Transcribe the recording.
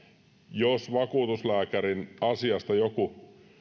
jos vakuutuslääkärin asiasta joku